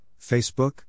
Facebook